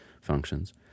functions